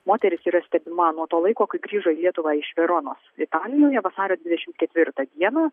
moteris yra stebima nuo to laiko kai grįžo į lietuvą iš veronos italijoje vasario dvidešimt ketvirtą dieną